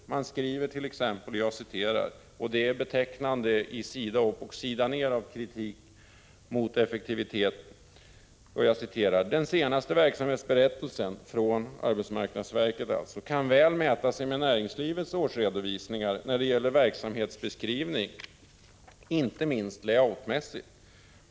Man skriver t.ex. — och det är betecknande att det är sida upp och sida ner av kritik mot effektiviteten — att ”den senaste verksamhetsberättelsen” — från arbetsmarknadsverket alltså — ”kan väl mäta sig med näringslivets årsredovisningar när det gäller verksamhetsbeskrivning, inte minst layout-mässigt.